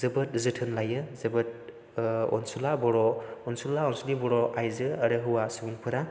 जोबोद जोथोन लायो जोबोद अनसुला अनसुलि बर' आयजो आरो हौवा सुबुंफोरा